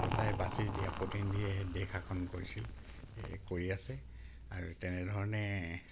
প্ৰজাই বাচি দিয়া প্ৰতিনিধিয়ে দেশ শাসন কৰিছিল এই কৰি আছে আৰু তেনেধৰণে